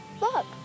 Look